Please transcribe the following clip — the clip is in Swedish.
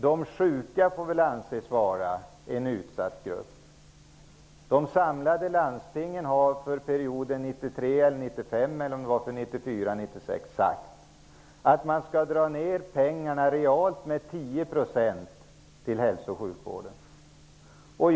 De sjuka får väl anses vara en utsatt grupp. De samlade landstingen har sagt att pengarna till hälso och sjukvården skall minskas realt med 10 % under perioden 1994-- 1996.